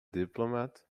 diplomat